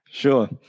sure